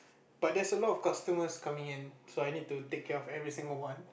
but there's a lot of customers coming in so I need to take care of every single one